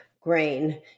grain